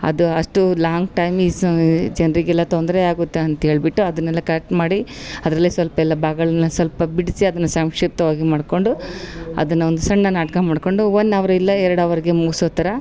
ಅದು ಅಷ್ಟು long time is ಜನರಿಗೆಲ್ಲ ತೊಂದರೆ ಆಗುತ್ತೆ ಅಂತ ಹೇಳ್ಬಿಟ್ಟು ಅದನ್ನೇಲ್ಲ ಕಟ್ಮಾಡಿ ಅದರಲ್ಲೇ ಸ್ವಲ್ಪೇಲ್ಲ ಭಾಗಳನ್ನ ಸ್ವಲ್ಪ ಬಿಡಿಸಿ ಅದನ್ನು ಸಂಕ್ಷಿಪ್ತವಾಗಿ ಮಾಡಿಕೊಂಡು ಅದನ್ನು ಒಂದು ಸಣ್ಣ ನಾಟಕ ಮಾಡಿಕೊಂಡು ಒನ್ ಅವ್ರು ಇಲ್ಲ ಎರಡು ಹವರ್ಗೆ ಮುಗಿಸೋತರ